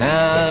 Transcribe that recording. Now